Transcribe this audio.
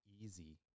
easy